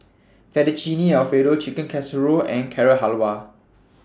Fettuccine Alfredo Chicken Casserole and Carrot Halwa